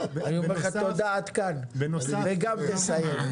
אמרתי לך תודה עד כאן וגם תסיים.